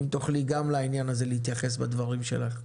אם תוכלי גם לעניין הזה להתייחס בדברים שלך.